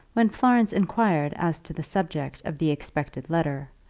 when florence inquired as to the subject of the expected letter,